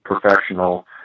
professional